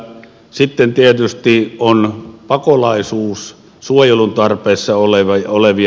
sitten tietysti on pakolaisuus suojelun tarpeessa olevien asema